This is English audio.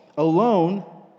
alone